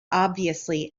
obviously